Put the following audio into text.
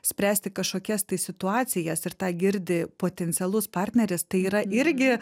spręsti kažkokias tai situacijas ir tą girdi potencialus partneris tai yra irgi